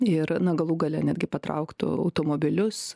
ir na galų gale netgi patrauktų automobilius